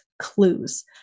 clues